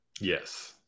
yes